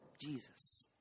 Jesus